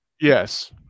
Yes